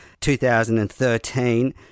2013